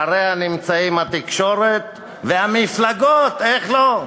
ואחריה נמצאות התקשורת והמפלגות, איך לא.